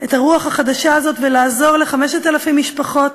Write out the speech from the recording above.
את הרוח החדשה הזאת ולעזור ל-5,000 משפחות